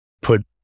put